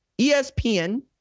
ESPN